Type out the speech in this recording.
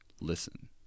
listen